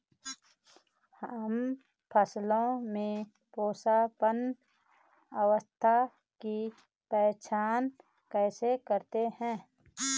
हम फसलों में पुष्पन अवस्था की पहचान कैसे करते हैं?